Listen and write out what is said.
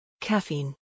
caffeine